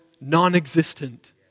non-existent